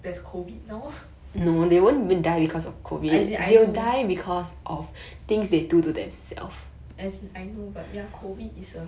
there's COVID now as in I know as in I know but ya COVID is a